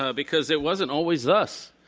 ah because it wasn't always thus.